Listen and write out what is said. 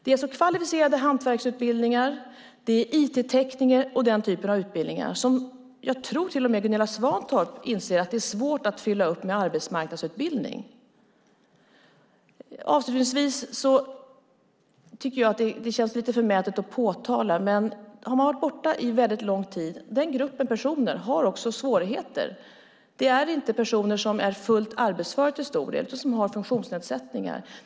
Det är fråga om kvalificerade hantverksutbildningar, IT-teknikerutbildningar och den typen av utbildningar. Jag tror att till och med Gunilla Svantorp inser att det är svårt att fylla upp de platserna med hjälp av arbetsmarknadsutbildning. Det känns lite förmätet att påtala detta, men den grupp som har varit borta lång tid från arbetsmarknaden har också svårigheter. Till stor del är det fråga om personer som inte är fullt arbetsföra utan som har funktionsnedsättningar.